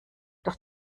doch